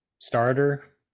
starter